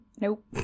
Nope